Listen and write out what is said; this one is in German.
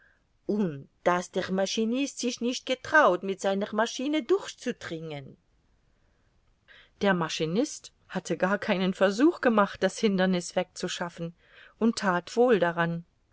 und daß der maschinist sich nicht getraut mit seiner maschine durchzudringen der maschinist hatte gar keinen versuch gemacht das hinderniß wegzuschaffen und that wohl daran